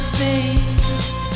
face